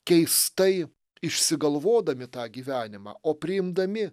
keistai išsigalvodami tą gyvenimą o priimdami